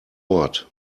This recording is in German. ort